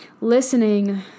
listening